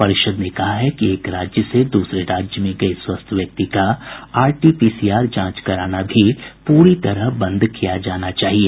परिषद ने कहा है कि एक राज्य से दूसरे राज्य गए स्वस्थ व्यक्ति का आरटी पीसीआर जांच कराना भी पूरी तरह बंद किया जाना चाहिए